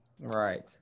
right